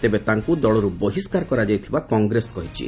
ତେବେ ତାଙ୍କୁ ଦଳରୁ ବହିଷ୍କାର କରାଯାଇଥିବା କଂଗ୍ରେସ କହିଛି